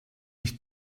ich